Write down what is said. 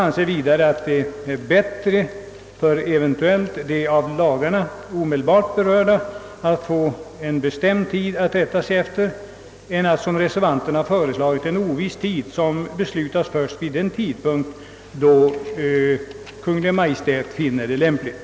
Man anser också att det är bättre för dem som eventuellt omedelbart berörs av dessa lagar att få ett bestämt datum att rätta sig efter än — som reservanterna föreslagit — en oviss tidpunkt som beslutas först då Kungl. Maj:t finner det lämpligt.